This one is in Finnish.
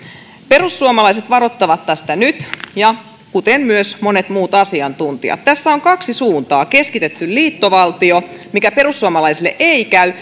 perussuomalaiset varoittavat tästä nyt kuten myös monet muut asiantuntijat tässä on kaksi suuntaa keskitetty liittovaltio mikä perussuomalaisille ei käy